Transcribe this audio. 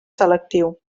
selectiu